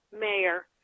mayor